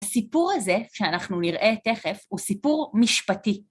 הסיפור הזה, שאנחנו נראה תכף, הוא סיפור משפטי.